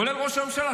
כולל ראש הממשלה,